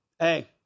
Hey